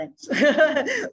thanks